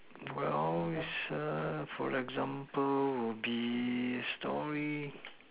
well it's a for example would be story